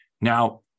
Now